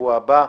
בשבוע הבא.